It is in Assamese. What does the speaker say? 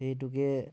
সেই হেতুকে